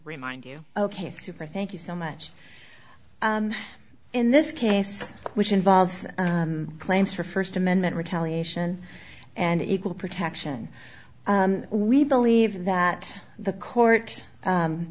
remind you ok super thank you so much in this case which involves claims for first amendment retaliation and equal protection we believe that the court